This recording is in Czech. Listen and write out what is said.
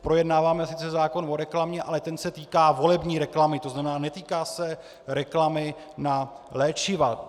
Projednáváme sice zákon o reklamě, ale ten se týká volební reklamy, to znamená, netýká se reklamy na léčiva.